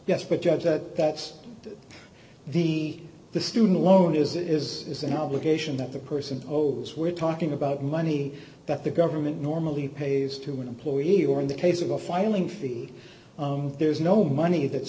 yes for jobs that that's the the student loan as it is is an obligation that the person owes we're talking about money that the government normally pays to an employee or in the case of a filing fee there's no money